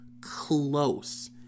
close